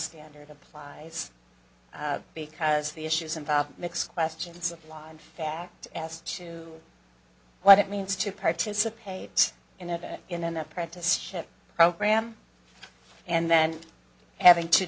standard applies because the issues involved mix questions of law and fact as to what it means to participate in a bit in an apprenticeship program and then having to